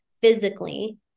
physically